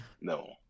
No